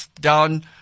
down